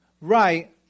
right